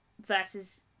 versus